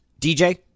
DJ